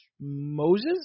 Moses